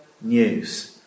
news